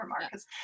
Marcus